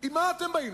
מה ישיבות?